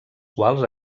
quals